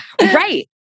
Right